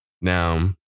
Now